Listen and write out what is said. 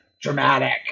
Dramatic